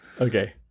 Okay